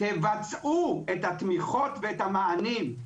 תבצעו את התמיכות ואת המענים.